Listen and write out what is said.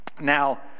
Now